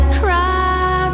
cry